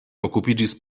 okupiĝis